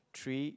three